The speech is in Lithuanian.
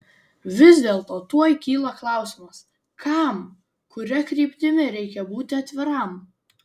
vis dėlto tuoj kyla klausimas kam kuria kryptimi reikia būti atviram